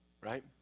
Right